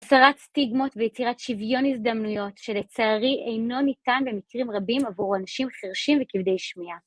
והסרת סטיגמות ויצירת שוויון הזדמנויות שלצערי אינו ניתן במקרים רבים עבור אנשים חרשים וכבדי שמיעה